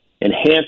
enhance